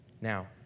Now